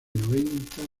noventa